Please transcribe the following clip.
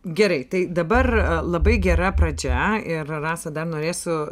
gerai tai dabar labai gera pradžia ir rasa dar norėsiu